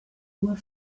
were